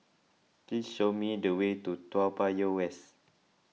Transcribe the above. please show me the way to Toa Payoh West